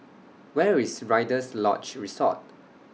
Where IS Rider's Lodge Resort